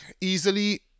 easily